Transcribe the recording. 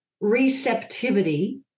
receptivity